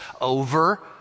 Over